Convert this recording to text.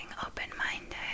open-minded